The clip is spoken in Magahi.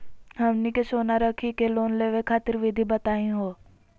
हमनी के सोना रखी के लोन लेवे खातीर विधि बताही हो?